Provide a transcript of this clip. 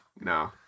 No